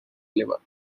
liver